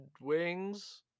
Wings